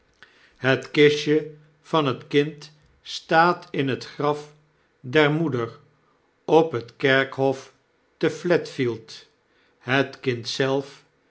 het kistje van het kind staat in het graf der moeder op het kerkhof te flatffield het kind zelf